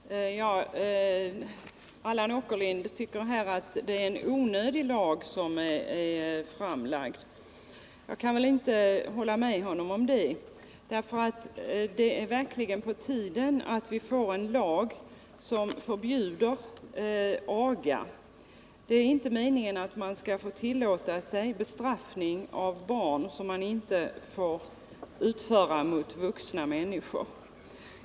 Herr talman! Allan Åkerlind tycker att det är ett onödigt lagförslag som framlagts. Jag kan inte hålla med honom om det. Det är verkligen på tiden att vi får en lag som förbjuder aga. Det är inte meningen att man skall få tillåta sig bestraffning av barn som man inte får utföra mot vuxna människor.